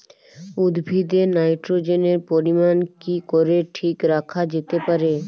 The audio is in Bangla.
উদ্ভিদে নাইট্রোজেনের পরিমাণ কি করে ঠিক রাখা যেতে পারে?